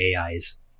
AIs